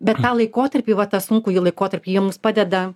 bet tą laikotarpį va tą sunkųjį laikotarpį jie mums padeda